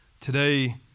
Today